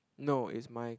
no is my